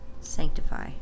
Sanctify